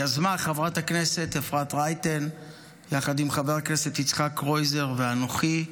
יזמה חברת הכנסת אפרת רייטן יחד עם חבר הכנסת יצחק קרויזר ואנוכי,